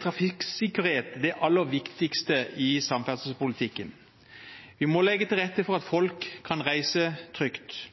trafikksikkerhet det aller viktigste i samferdselspolitikken. Vi må legge til rette for at folk kan reise trygt.